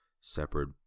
separate